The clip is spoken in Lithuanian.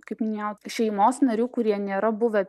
kaip minėjau šeimos narių kurie nėra buvę